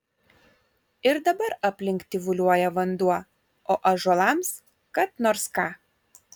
ir dabar aplink tyvuliuoja vanduo o ąžuolams kad nors ką